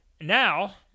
now